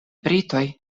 britoj